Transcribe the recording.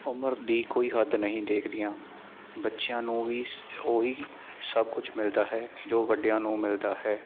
ਉਮਰ ਦੀ ਕੋਈ ਹੱਦ ਨਹੀਂ ਦੇਖਦੀਆਂ ਬੱਚਿਆਂ ਨੂੰ ਵੀ ਉਹੀ ਸਭ ਕੁਝ ਮਿਲਦਾ ਹੈ ਜੋ ਵੱਡਿਆਂ ਨੂੰ ਮਿਲਦਾ ਹੈ